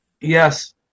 Yes